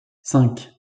cinq